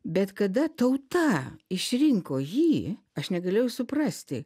bet kada tauta išrinko jį aš negalėjau suprasti